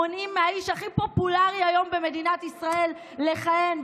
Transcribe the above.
מונעים מהאיש הכי פופולרי היום במדינת ישראל לכהן,